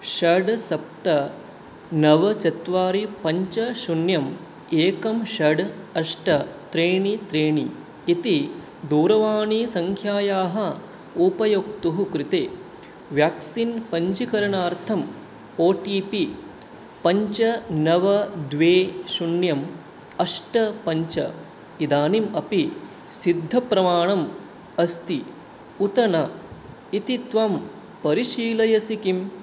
षड् सप्त नव चत्वारि पञ्च शून्यम् एकं षड् अष्ट त्रीणि त्रीणि इति दूरवाणीसङ्ख्यायाः उपयोक्तुः कृते व्याक्सिन् पञ्चीकरणार्थम् ओ टि पि पञ्च नव द्वे शून्यम् अष्ट पञ्च इदानीम् अपि सिद्धप्रमाणम् अस्ति उत न इति त्वं परिशीलयसि किम्